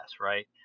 right